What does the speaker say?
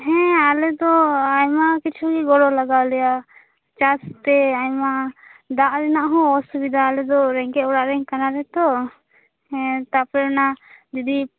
ᱦᱮᱸ ᱟᱞᱮᱫᱚ ᱟᱭᱢᱟ ᱠᱤᱪᱷᱩᱜᱮ ᱜᱚᱲᱚ ᱞᱟᱜᱟᱣᱟᱞᱮᱭᱟ ᱪᱟᱥᱛᱮ ᱟᱭᱢᱟ ᱫᱟᱜ ᱨᱮᱱᱟᱜ ᱦᱚᱸ ᱚᱥᱩᱵᱤᱫᱷᱟ ᱟᱞᱮᱫᱚ ᱨᱮᱸᱜᱮᱜ ᱚᱲᱟᱜ ᱨᱤᱱ ᱠᱟᱱᱟᱞᱮ ᱛᱚ ᱦᱮᱸ ᱛᱟᱯᱚᱨ ᱚᱱᱟ ᱡᱩᱫᱤ